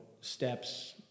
steps